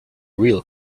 real